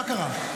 מה קרה?